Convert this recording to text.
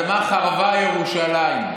על מה חרבה ירושלים?